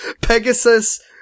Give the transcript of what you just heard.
pegasus